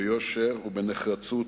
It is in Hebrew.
ביושר ובנחרצות,